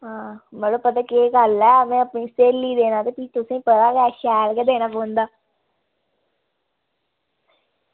आं ते मतलब पता केह् गल्ल ऐ ते अपनी स्हेली गी देना ऐ ते तुसेंगी पता गै शैल गै देना पौंदा